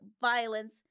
violence